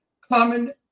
Common